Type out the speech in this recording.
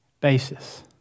basis